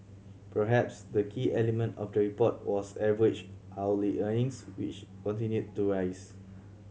perhaps the key element of the report was average hourly earnings which continued to rise